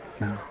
No